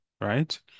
right